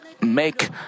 make